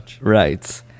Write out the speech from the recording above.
Right